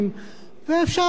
ואפשר להתעלם,